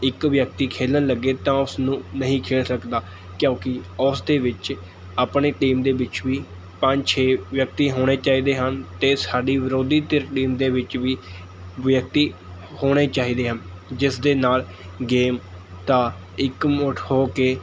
ਇੱਕ ਵਿਅਕਤੀ ਖੇਡਣ ਲੱਗੇ ਤਾਂ ਉਸ ਨੂੰ ਨਹੀਂ ਖੇਡ ਸਕਦਾ ਕਿਉਂਕਿ ਉਸ ਦੇ ਵਿੱਚ ਆਪਣੀ ਟੀਮ ਦੇ ਵਿੱਚ ਵੀ ਪੰਜ ਛੇ ਵਿਅਕਤੀ ਹੋਣੇ ਚਾਹੀਦੇ ਹਨ ਅਤੇ ਸਾਡੀ ਵਿਰੋਧੀ ਧਿਰ ਟੀਮ ਦੇ ਵਿੱਚ ਵੀ ਵਿਅਕਤੀ ਹੋਣੇ ਚਾਹੀਦੇ ਹਨ ਜਿਸ ਦੇ ਨਾਲ਼ ਗੇਮ ਦਾ ਇੱਕ ਮੁੱਠ ਹੋ ਕੇ